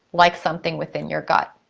like something within your gut.